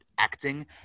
Acting